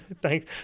thanks